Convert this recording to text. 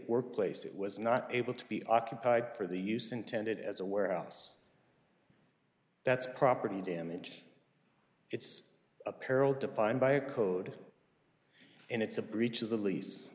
work place it was not able to be occupied for the use intended as a warehouse that's property damage it's apparel defined by a code and it's a breach